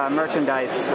merchandise